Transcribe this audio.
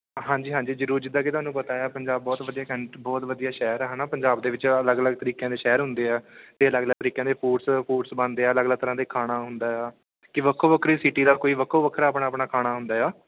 ਹਾਂਜੀ ਹਾਂਜੀ ਜ਼ਰੂਰ ਜਿੱਦਾਂ ਕਿ ਤੁਹਾਨੂੰ ਪਤਾ ਆ ਪੰਜਾਬ ਬਹੁਤ ਵਧੀਆ ਕੰਟ ਬਹੁਤ ਵਧੀਆ ਸ਼ਹਿਰ ਆ ਹੈ ਨਾ ਪੰਜਾਬ ਦੇ ਵਿੱਚ ਅਲੱਗ ਅਲੱਗ ਤਰੀਕਿਆਂ ਦੇ ਸ਼ਹਿਰ ਹੁੰਦੇ ਆ ਅਤੇ ਅਲੱਗ ਅਲੱਗ ਤਰੀਕਿਆਂ ਦੇ ਫੂਡਸ ਫੂਡਸ ਬਣਦੇ ਆ ਅਲੱਗ ਅਲੱਗ ਤਰ੍ਹਾਂ ਦੇ ਖਾਣਾ ਹੁੰਦਾ ਆ ਕਿ ਵੱਖੋ ਵੱਖਰੀ ਸਿਟੀ ਦਾ ਕੋਈ ਵੱਖੋ ਵੱਖਰਾ ਆਪਣਾ ਆਪਣਾ ਖਾਣਾ ਹੁੰਦਾ ਆ